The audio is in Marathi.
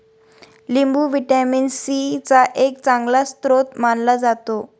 लिंबू व्हिटॅमिन सी चा एक चांगला स्रोत मानला जातो